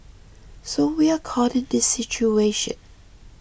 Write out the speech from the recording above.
so we are caught in this situation